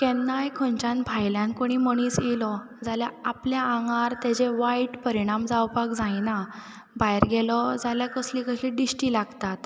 केन्नाय खंयच्यान भायल्यान कोणूय मनीस येयलो जाल्यार आपल्या आंगार तेजे वायट परिणाम जावपाक जायना भायर गेलो जाल्यार कसली कसली दिश्टी लागतात